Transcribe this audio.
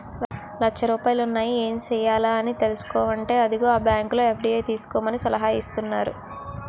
లచ్చ రూపాయలున్నాయి ఏం సెయ్యాలా అని అనుకుంటేంటే అదిగో ఆ బాంకులో ఎఫ్.డి సేసుకోమని సలహా ఇత్తన్నారు